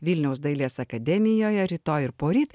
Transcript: vilniaus dailės akademijoje rytoj ir poryt